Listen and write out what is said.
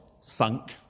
sunk